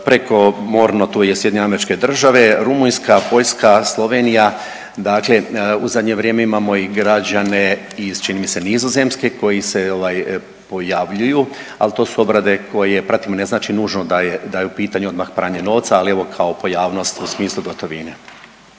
prekomorno tu je Sjedinjene Američke Države, Rumunjska, Poljska, Slovenija, dakle u zadnje vrijeme imamo i građane iz čini mi se Nizozemske koji se pojavljuju. Ali to su obrade koje pratimo, ne znači nužno da je u pitanju odmah pranje novca, ali evo kao pojavnost u smislu gotovine.